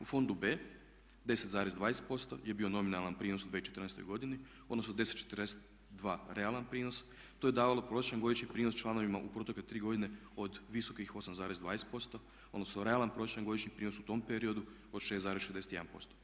U fondu B 10,20% je bio nominalan prinos u 2014. godini, odnosno 10,42 realan prinos, to je davalo prosječan godišnji članovima u protekle 3 godine od visokih 8,20% odnosno realan prosječan godišnji prinos u tom periodu od 6,61%